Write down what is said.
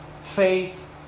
faith